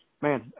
man